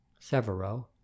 Severo